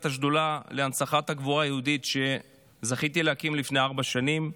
השדולה להנצחת הגבורה היהודית שזכיתי להקים לפני ארבע שנים.